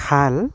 খাল